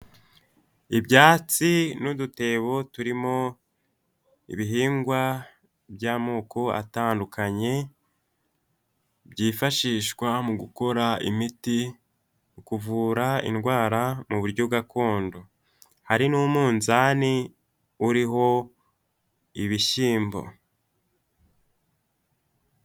Ibyatsi n'udutebo turimo ibihingwa by'amoko atandukanye byifashishwa mu gukora imiti, kuvura indwara mu buryo gakondo, hari n'umuzani uriho ibishyimbo.